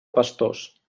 pastors